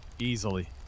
easily